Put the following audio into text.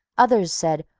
others said,